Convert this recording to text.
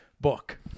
Book